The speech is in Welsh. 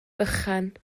bychan